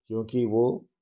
क्योंकि वह